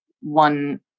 one